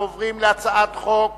אנחנו עוברים להצעת חוק